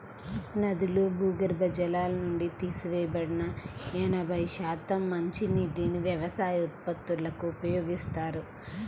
నదులు, భూగర్భ జలాల నుండి తీసివేయబడిన ఎనభై శాతం మంచినీటిని వ్యవసాయ ఉత్పత్తులకు ఉపయోగిస్తారు